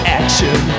action